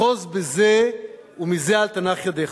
אחוז בזה ומזה אל תנח ידך.